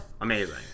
Amazing